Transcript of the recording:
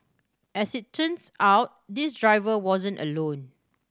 as it turns out this driver wasn't alone